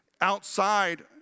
outside